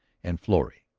and florrie,